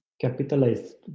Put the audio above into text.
capitalized